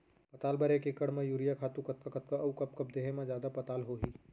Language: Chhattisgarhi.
पताल बर एक एकड़ म यूरिया खातू कतका कतका अऊ कब कब देहे म जादा पताल होही?